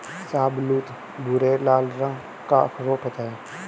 शाहबलूत भूरे लाल रंग का अखरोट होता है